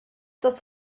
das